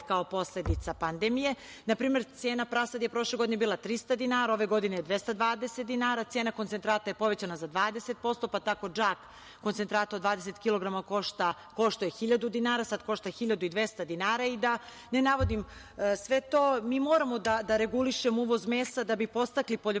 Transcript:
kao posledica pandemije. Na primer, cena prasadi je prošle godine bila 300 dinara, ove godine je 220 dinara, cena koncentrata je povećana za 20%, pa tako džak koncentrata od 20 kilograma koštao je 1.000 dinara, sada košta 1.200 dinara i da ne navodim sve to. Mi moramo da regulišemo mesa da bi podstakli poljoprivredne